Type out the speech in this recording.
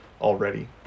already